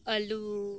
ᱟᱹᱞᱩ